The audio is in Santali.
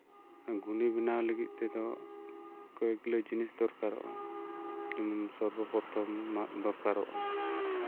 ᱜᱷᱚᱱᱤ ᱵᱮᱱᱟᱣ ᱞᱟᱹᱜᱤᱫ ᱛᱮᱫᱚ ᱠᱚᱭᱮᱠ ᱜᱩᱞᱟ ᱡᱤᱱᱤᱥ ᱫᱚᱨᱠᱟᱨᱚᱜᱼᱟ ᱡᱮᱢᱚᱱ ᱥᱚᱨᱵᱚ ᱯᱚᱨᱛᱷᱚᱢ ᱢᱟᱜ ᱫᱚᱨᱠᱟᱨᱚᱜᱼᱟ